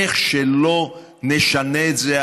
איך שלא נשנה את זה,